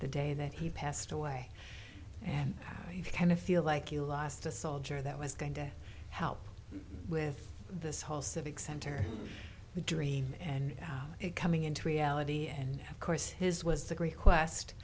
the day that he passed away and you kind of feel like you lost a soldier that was going to help with this whole civic center the dream and it coming into reality and of course his was the great